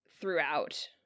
throughout